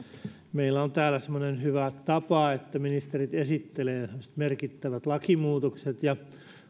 meillä on täällä semmoinen hyvä tapa että ministerit esittelevät tämmöiset merkittävät lakimuutokset ja